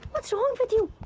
what's wrong with you?